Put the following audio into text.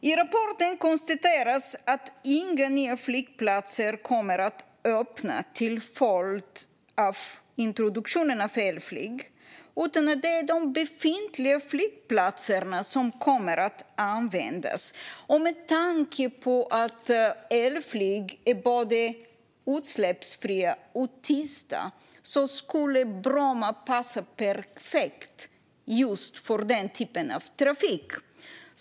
I rapporten konstateras att inga nya flygplatser kommer att öppna till följd av introduktionen av elflyg, utan det är de befintliga flygplatserna som kommer att användas. Med tanke på att elflygplan är både utsläppsfria och tysta skulle Bromma passa perfekt just för den typen av trafik.